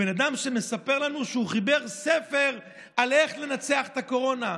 בן אדם שמספר לנו שהוא חיבר ספר על איך לנצח את הקורונה,